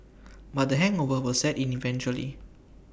but the hangover were set in eventually